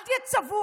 אל תהיה צבוע,